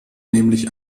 nämlich